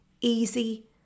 easy